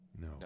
No